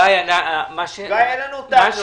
גיא, אין לנו טענות.